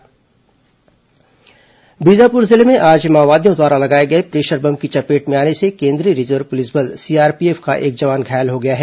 माओवादी घटना बीजापुर जिले में आज माओवादियों द्वारा लगाए गए प्रेशर बम की चपेट में आने से केन्द्रीय रिजर्व पुलिस बल सीआरपीएफ का एक जवान घायल हो गया है